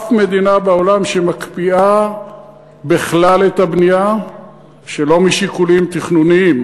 אף מדינה בעולם שמקפיאה בכלל את הבנייה שלא משיקולים תכנוניים,